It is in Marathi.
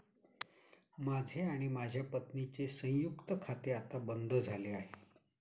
माझे आणि माझ्या पत्नीचे संयुक्त खाते आता बंद झाले आहे